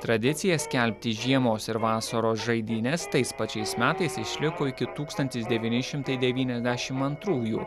tradicija skelbti žiemos ir vasaros žaidynes tais pačiais metais išliko iki tūkstantis devyni šimtai devyniasdešim antrųjų